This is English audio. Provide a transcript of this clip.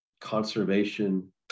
conservation